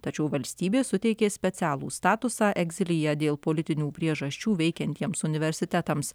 tačiau valstybė suteikė specialų statusą egzilyje dėl politinių priežasčių veikiantiems universitetams